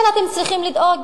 כן, אתם צריכים לדאוג,